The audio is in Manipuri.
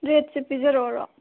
ꯔꯦꯠꯁꯦ ꯄꯤꯖꯔꯛꯑꯣꯔꯣ